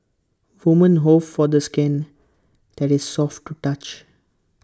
women hope for the skin that is soft to touch